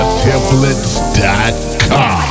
templates.com